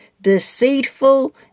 deceitful